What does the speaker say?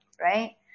Right